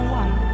one